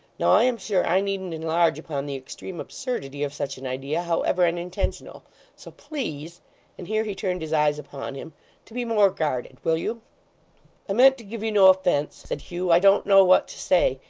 now i am sure i needn't enlarge upon the extreme absurdity of such an idea, however unintentional so please and here he turned his eyes upon him to be more guarded. will you i meant to give you no offence said hugh. i don't know what to say.